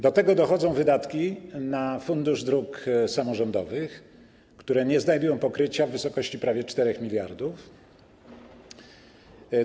Do tego dochodzą wydatki na Fundusz Dróg Samorządowych, które nie znajdują pokrycia, w wysokości prawie 4 mld zł.